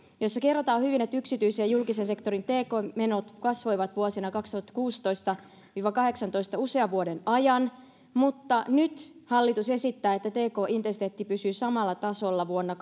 jossa kerrotaan hyvin että yksityisen ja julkisen sektorin tk menot kasvoivat vuosina kaksituhattakuusitoista viiva kaksituhattakahdeksantoista usean vuoden ajan mutta nyt hallitus esittää että tk intensiteetti pysyy samalla tasolla vuonna